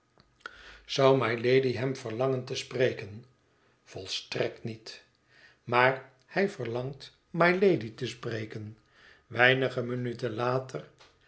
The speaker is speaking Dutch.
zou mylady hem verlangen te spreken volstrekt niet maar hij verlangt mylady te spreken weinige minuten later